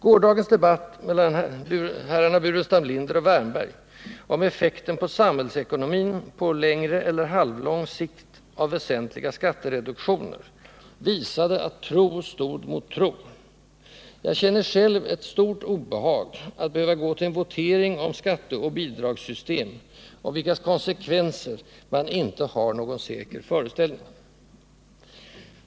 Gårdagens debatt mellan herrarna Burenstam Linder och Wärnberg om effekten på samhällsekonomin, på längre eller halvlång sikt, av väsentliga skattereduktioner visade att tro stod mot tro. Jag känner själv ett stort obehag av att behöva gå till en votering om skatteoch bidragssystem, om vilkas konsekvenser man inte har någon säker föreställning.